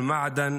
הערבית:).